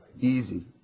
easy